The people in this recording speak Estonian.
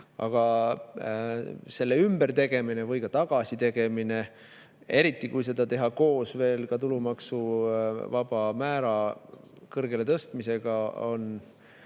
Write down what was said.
Aga selle ümbertegemine või tagasitegemine, eriti kui seda teha veel koos tulumaksuvaba määra kõrgele tõstmisega,